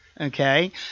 Okay